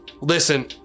Listen